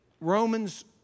Romans